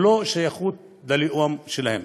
ללא קשר ללאום שלהם.